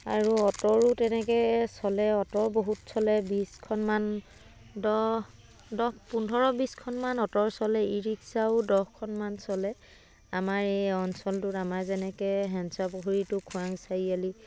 আৰু অ'টোৰো তেনেকৈ চলে অ'টো বহুত চলে বিছখনমান দহ দহ পোন্ধৰ বিছখনমান অ'টোৰ চলে ই ৰিক্সাও দহখনমান চলে আমাৰ এই অঞ্চলটোত আমাৰ যেনেকৈ হেঞ্চৰা পুখুৰীটো খৰাং চাৰিআলি